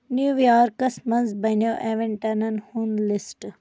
نیو یارکس منز بنیاو ایوینٹن ہُند لسٹ